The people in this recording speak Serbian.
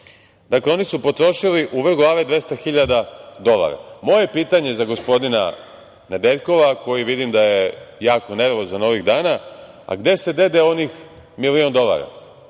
Dakle, oni su potrošili u vrh glave 200 hiljada dolara. Moje pitanje za gospodine Nedeljkova, koji vidim da je jako nervozan ovih dana, a gde se dede onih milion dolara?